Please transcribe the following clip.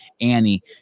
Annie